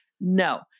no